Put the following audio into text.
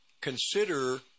consider